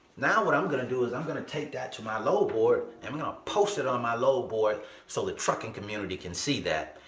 now, what i'm gonna do is i'm gonna take that to my load board and i'm gonna post it on my load board so the trucking community can see that.